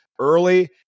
early